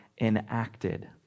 enacted